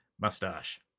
mustache